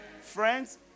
friends